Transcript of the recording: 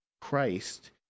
Christ